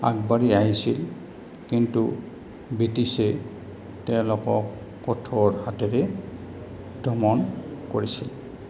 আগবাঢ়ি আহিছিল কিন্তু ব্ৰিটিছে তেওঁলোকক কঠোৰ হাতেৰে দমন কৰিছিল